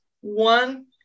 one